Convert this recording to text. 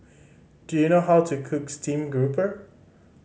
do you know how to cook stream grouper